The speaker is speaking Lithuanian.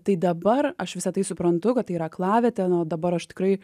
tai dabar aš visa tai suprantu kad tai yra aklavietė o dabar aš tikrai